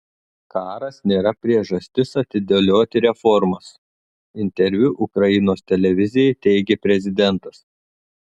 karas nėra priežastis atidėlioti reformas interviu ukrainos televizijai teigė prezidentas